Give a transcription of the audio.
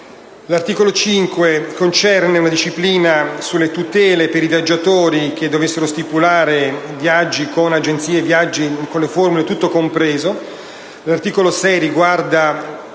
L'articolo 4 concerne una disciplina sulle tutele per i viaggiatori che dovessero stipulare viaggi con agenzie di viaggio con le formule «tutto compreso». L'articolo 5 riguarda